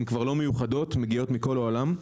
הן כבר לא מיוחדות, הן מגיעות מכל העולם.